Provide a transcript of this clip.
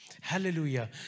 Hallelujah